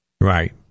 Right